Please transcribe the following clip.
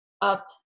up